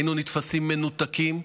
היינו נתפסים כמנותקים,